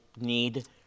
need